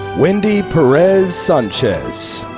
wendy perez sanchez.